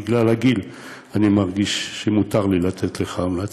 בגלל הגיל אני מרגיש שמותר לי לתת לך המלצה.